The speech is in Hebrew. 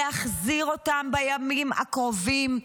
להחזיר אותם בימים הקרובים.